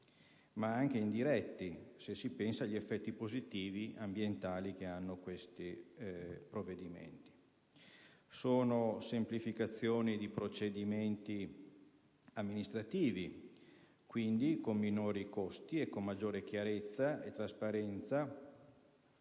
ma anche indiretti, se si pensa agli effetti positivi ambientali che hanno questi provvedimenti; sono semplificazioni di procedimenti amministrativi, quindi con minori costi e con maggiore chiarezza e trasparenza